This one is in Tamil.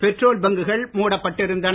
பெட்ரோல் பங்குகள் மூடப்பட்டிருந்தன